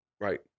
Right